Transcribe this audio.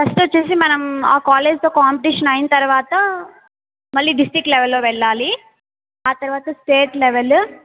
first వచ్చేసి మనం ఆ కాలేజ్తో కాంపిటీషన్ అయినతర్వాత మళ్ళీ డిస్ట్రిక్ట్ లెవెల్లో వెళ్ళాలి ఆ తర్వాత స్టేట్ లెవెల్